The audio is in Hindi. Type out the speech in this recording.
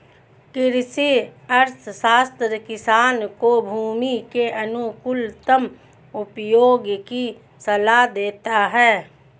कृषि अर्थशास्त्र किसान को भूमि के अनुकूलतम उपयोग की सलाह देता है